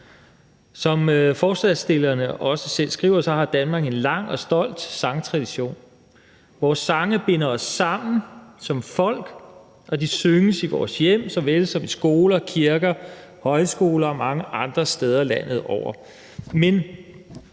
Som forslagsstillerne også selv skriver, har Danmark en lang og stolt sangtradition; vores sange binder os sammen som folk. Sangene synges i vores hjem såvel som i skoler, kirker, højskoler og mange andre steder landet over.